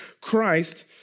Christ